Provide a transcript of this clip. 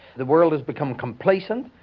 the world has become complacent.